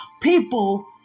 people